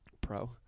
Pro